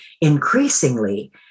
increasingly